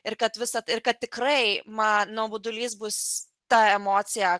ir kad visad ir kad tikrai man nuobodulys bus ta emocija